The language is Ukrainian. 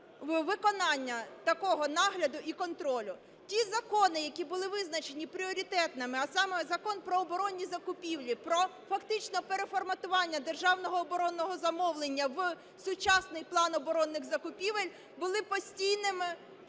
виконання такого нагляду і контролю. Ті закони, які були визначені пріоритетними, а саме Закон "Про оборонні закупівлі", про фактично переформатування державного оборонного замовлення в сучасний план оборонних закупівель були постійними